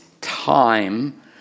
time